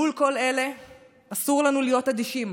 מול כל אלה אסור לנו להיות אדישים,